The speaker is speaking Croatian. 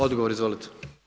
Odgovor, izvolite.